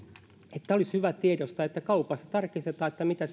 tämä olisi hyvä tiedostaa että kaupassa tarkistetaan mitä